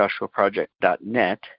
joshuaproject.net